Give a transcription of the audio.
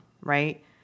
right